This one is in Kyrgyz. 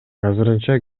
азырынча